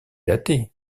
datées